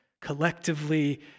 collectively